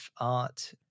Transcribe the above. art